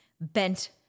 bent